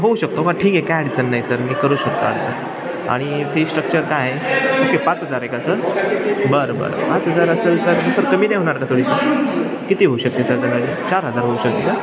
होऊ शकतो मग ठीक आहे काय अडचण नाही सर मी करू शकतो आत्ता आणि फी श्ट्रक्चर काय आहे ओके पाच हजार आहे का सर बर बरं पाच हजार असेल तर सर कमी नाही होणार का थोडीशी किती होऊ शकते सर कमी चार हजार होऊ शकते का